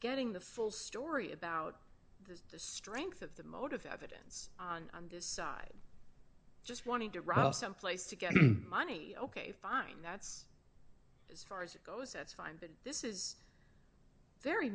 getting the full story about the strength of the motive evidence on this side just wanted to rob someplace to get money ok fine that's as far as it goes that's fine but this is very